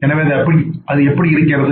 எனவே அது எப்படி இருக்கிறது